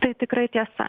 tai tikrai tiesa